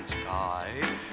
sky